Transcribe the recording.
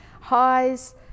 Highs